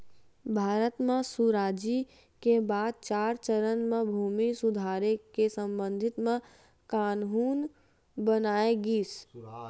भारत म सुराजी के बाद चार चरन म भूमि सुधार के संबंध म कान्हून बनाए गिस